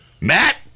Matt